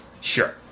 Sure